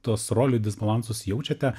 tuos rolių disbalansus jaučiate